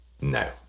no